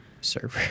server